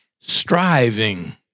Striving